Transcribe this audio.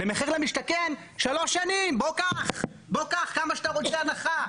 במחיר למשתכן שלוש שנים בוא קח כמה שאתה רוצה הנחה.